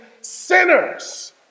sinners